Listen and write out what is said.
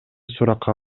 суракка